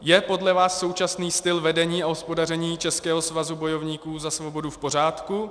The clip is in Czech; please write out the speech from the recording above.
Je podle vás současný styl vedení a hospodaření Českého svazu bojovníků za svobodu v pořádku?